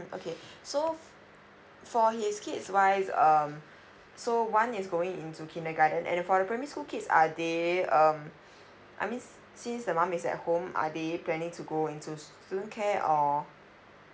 mm okay so for for his kids wise um so one is going into kindergarten and for the primary school kids are they um I means since the mum is at home are they planning to go into the student care or